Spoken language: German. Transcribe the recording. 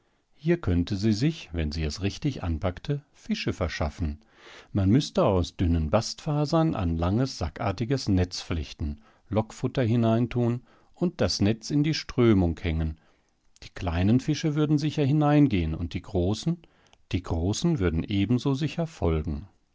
hier könnte sie sich wenn sie es richtig anpackte fische verschaffen man müßte aus dünnen bastfasern ein langes sackartiges netz flechten lockfutter hineintun und das netz in die strömung hängen die kleinen fische würden sicher hineingehen und die großen die großen würden ebenso sicher folgen